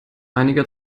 einiger